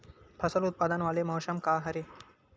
फसल उत्पादन वाले मौसम का हरे?